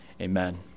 Amen